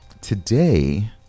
Today